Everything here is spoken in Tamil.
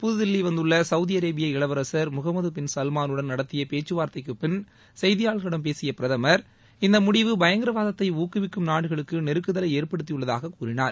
புதுதில்லி வந்துள்ள சவூதி அரேபிய இளவரசர் முகம்மது பின் சல்மானுடன் நடத்திய பேச்சுவார்த்தைக்குப் பின் செய்தியாளர்களிடம் பேசிய பிரதமர் இந்த முடிவு பயங்கரவாதத்தை ஊக்குவிக்கும் நாடுகளுக்கு நெருக்குதலை ஏற்படுத்தியுள்ளதாகக் கூறினார்